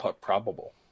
probable